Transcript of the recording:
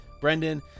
Brendan